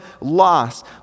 loss